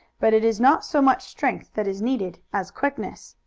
but it is not so much strength that is needed as quickness.